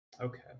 Okay